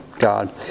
God